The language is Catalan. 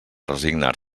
resignar